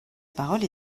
parole